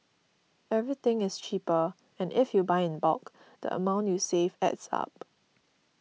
everything is cheaper and if you buy in bulk the amount you save adds up